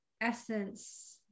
essence